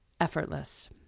effortless